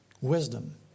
wisdom